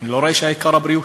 אני לא רואה שהעיקר הבריאות.